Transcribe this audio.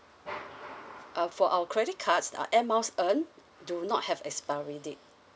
uh for our credit cards ah air miles earned do not have expiry date